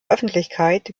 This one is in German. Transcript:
öffentlichkeit